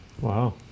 Wow